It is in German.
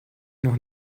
noch